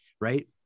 Right